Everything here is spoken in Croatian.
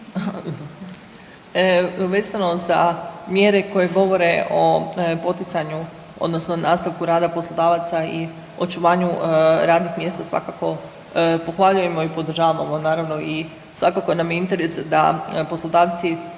Vezano za mjere koje govore o poticanju odnosno nastavku rada poslodavaca i očuvanja radnih mjesta svakako pohvaljujemo i podržavamo ovo naravno i svakako nam je interes da poslodavci